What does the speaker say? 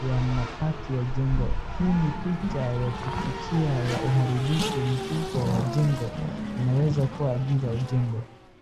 ya mabaki ya jengo. Hii ni picha ya kutukia la uharibifu mkubwa wa jengo, linaweza kuwa ajili ya ujengo.